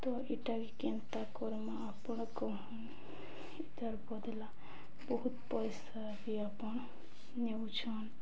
ତ ଇଟାକେ କେନ୍ତା କର୍ମା ଆପଣ କହନ୍ ଏଇଟାର୍ ବଦଲା ବହୁତ ପଇସା ବି ଆପଣ ନେଉଛନ୍